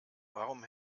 warum